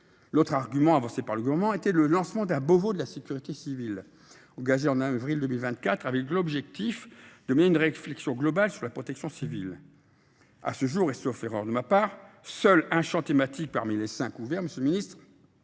L’autre argument avancé par le Gouvernement était le lancement d’un Beauvau de la sécurité civile, engagé en avril 2024, avec pour objectif de mener une réflexion globale sur la protection civile. Monsieur le ministre, à ce jour, et sauf erreur de ma part, seul un champ thématique parmi les cinq ouverts, autour